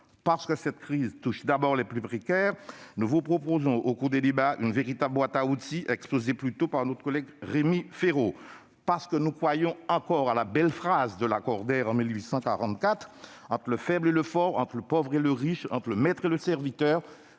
Parce que cette crise touche d'abord les plus précaires, nous vous proposerons, au cours des débats, une véritable boîte à outils, exposée plus tôt par notre collègue Rémi Féraud. Parce que nous croyons encore à la belle phrase dite par Lacordaire en 1844 :« Entre le faible et le fort, entre le pauvre et le riche, entre le maître et le serviteur,